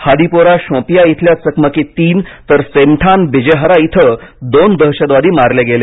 हादिपोरा शोपियां इथल्या चकमकीत तीन तर सेमठान बिजेहारा इथं दोन दहशतवादी मारले गेले